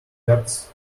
doubts